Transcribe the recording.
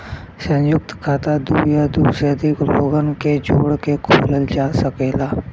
संयुक्त खाता दू या दू से अधिक लोगन के जोड़ के खोलल जा सकेला